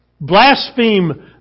blaspheme